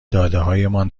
دادههایمان